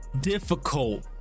difficult